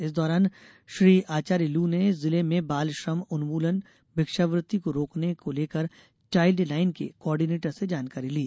इस दौरान श्री आचार्यलु ने जिले में बाल श्रम उन्मूलन भिक्षावृत्ति को रोकने को लेकर चाइल्ड लाइन के कोऑर्डिनेटर से जानकारी ली